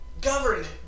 governed